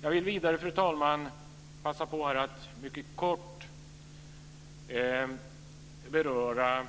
Jag vill vidare, fru talman, passa på att mycket kort beröra